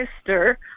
sister